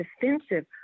defensive